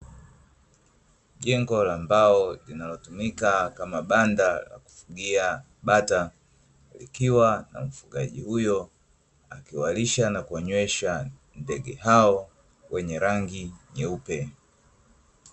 Jengo la mbao linalotumika kama banda la kufugia bata likiwa na mfugaji huyo akiwalisha na kuwanywesha ndege hao wenye rangi nyeupe.